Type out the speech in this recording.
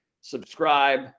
subscribe